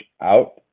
out